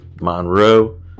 Monroe